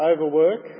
overwork